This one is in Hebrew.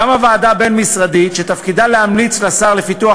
קמה ועדה בין-משרדית שתפקידה להמליץ לשר לפיתוח